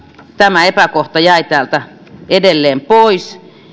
tämä epäkohta on täällä edelleen